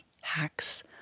hacks